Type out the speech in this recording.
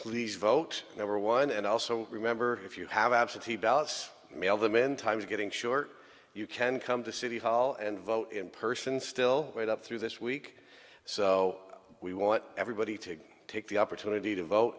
please vote number one and also remember if you have absentee ballots mail them in time's getting short you can come to city hall and vote in person still right up through this week so we want everybody to take the opportunity to vote